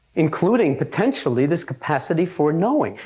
including potentially this capacity for knowing.